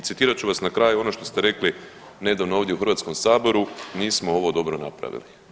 I citirat ću vas na kraju ono što ste rekli nedavno ovdje u Hrvatskom saboru, nismo ovo dobro napravili.